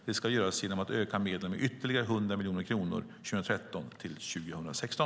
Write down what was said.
Det ska göras genom att öka medlen med ytterligare 100 miljoner kronor 2013-2016.